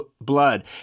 blood